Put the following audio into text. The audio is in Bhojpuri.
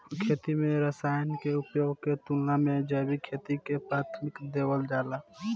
खेती में रसायनों के उपयोग के तुलना में जैविक खेती के प्राथमिकता देवल जाला